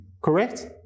Correct